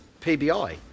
pbi